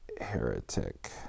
heretic